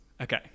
Okay